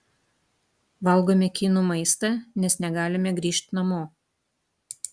valgome kinų maistą nes negalime grįžt namo